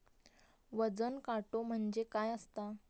वजन काटो म्हणजे काय असता?